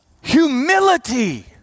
Humility